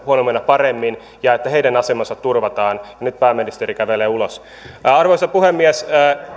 huomenna paremmin ja että heidän asemansa turvataan ja nyt pääministeri kävelee ulos arvoisa puhemies